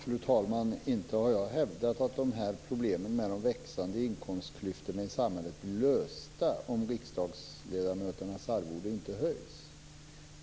Fru talman! Nej, inte har jag hävdat att problemen med de växande inkomstklyftorna i samhället blir lösta om riksdagsledamöternas arvoden inte höjs.